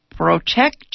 protect